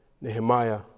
Nehemiah